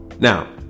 Now